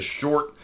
short